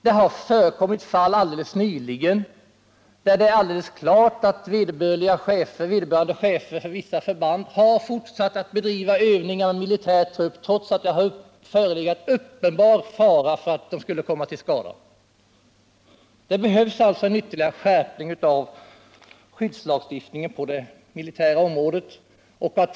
Det har alldeles nyligen förekommit fall där det är fullständigt klart att chefer för vissa förband har fortsatt att bedriva övningar med militär trupp, trots att det förelegat uppenbar fara för att de värnpliktiga skulle komma till skada. Det behövs alltså en ytterligare skärpning av skyddslagstiftningen på det militära området.